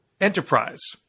enterprise